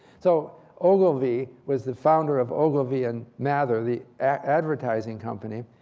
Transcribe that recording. so ogilvy was the founder of ogilvy and mather, the advertising company.